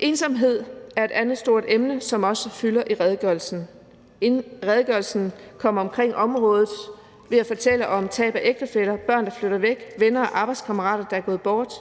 Ensomhed er et andet stort emne, som også fylder i redegørelsen. Redegørelsen kommer omkring området ved at fortælle om tab af ægtefæller, børn, der flytter væk, venner og arbejdskammerater, der er gået bort;